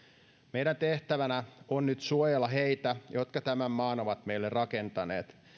meidän tehtävänämme on nyt suojella heitä jotka tämän maan ovat meille rakentaneet